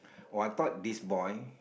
oh I thought this boy